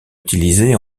utilisé